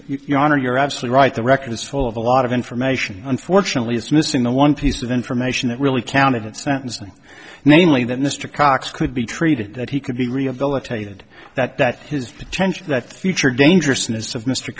your honor you're absolutely right the record is full of a lot of information unfortunately it's missing the one piece of information that really counted at sentencing namely that mr cox could be treated that he could be rehabilitated that that his potential that future dangerous